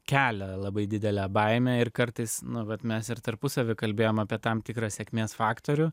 kelia labai didelę baimę ir kartais nu vat mes ir tarpusavy kalbėjom apie tam tikrą sėkmės faktorių